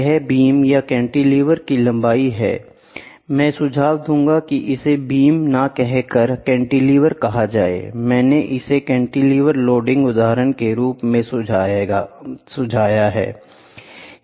यह बीम या कैंटीलेवर की लंबाई है मैं सुझाव दूंगा कि इसे बीम ना कह कर कैंटीलेवर कहा जाए मैं इसे कैंटीलेवर लोडिंग उदाहरण के रूप में सुझाऊंगा